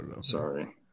sorry